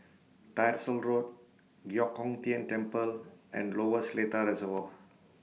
Tyersall Road Giok Hong Tian Temple and Lower Seletar Reservoir